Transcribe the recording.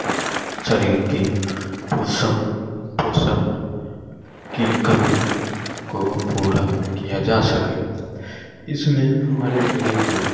शरीर की पोषण पोषण की कमी को पूरा किया जा सके इसमें हमारे शरीर में